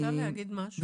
אפשר להגיד משהו?